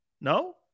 No